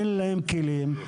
אין להן כלים,